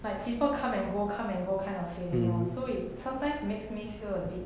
like people come and go come and go kind of feeling you know so it sometimes makes me feel a bit